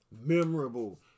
memorable